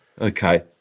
Okay